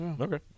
Okay